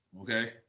okay